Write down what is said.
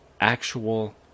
actual